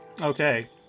Okay